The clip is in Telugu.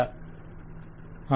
క్లయింట్ హా